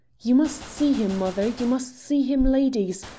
you must see him, mother you must see him, ladies,